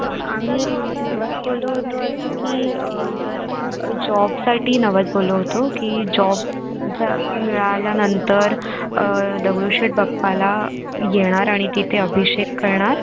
हां आम्ही नवस बोललो होतो असं की जर जॉबसाठी नवस बोललो होतो की जॉब जर मिळाल्यानंतर दगडूशेठ बाप्पाला येणार आणि तिथे अभिषेक करणार